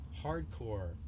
hardcore